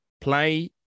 play